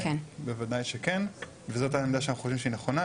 בוודאי שכן וזאת העמדה שאנחנו חושבים שהיא נכונה,